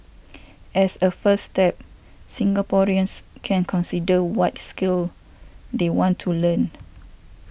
as a first step Singaporeans can consider what skills they want to learn